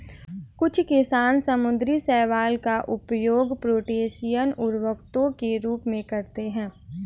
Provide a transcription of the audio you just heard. कुछ किसान समुद्री शैवाल का उपयोग पोटेशियम उर्वरकों के रूप में करते हैं